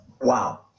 Wow